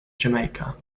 jamaica